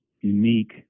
unique